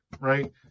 right